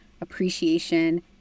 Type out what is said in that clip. appreciation